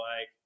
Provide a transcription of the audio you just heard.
like-